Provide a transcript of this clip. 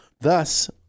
thus